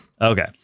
Okay